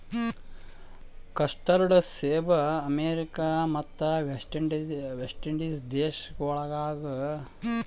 custard ಸೇಬ America ಮತ್ತ West Indies ದೇಶಗೊಳ್ದಾಗ್ ಬೆಳಿತಾರ್ ಮತ್ತ ಮಾರ್ತಾರ್